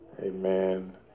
Amen